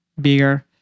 bigger